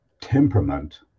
temperament